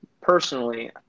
personally